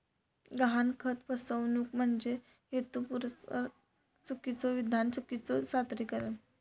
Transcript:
गहाणखत फसवणूक म्हणजे हेतुपुरस्सर चुकीचो विधान, चुकीचो सादरीकरण